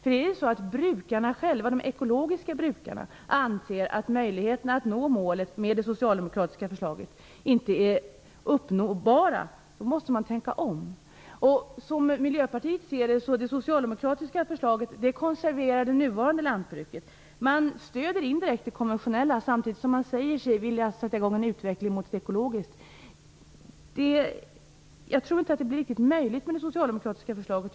Om de ekologiska brukarna anser att det inte är möjligt att nå detta mål med det socialdemokratiska förslaget måste man tänka om. Det socialdemokratiska förslaget konserverar det nuvarande lantbruket. Man stöder indirekt det konventionella lantbruket samtidigt som man säger sig vilja sätta igång en utveckling mot ett ekologiskt lantbruk. Jag tror inte att det blir möjligt med det socialdemokratiska förslaget.